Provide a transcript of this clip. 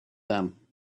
them